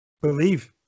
believe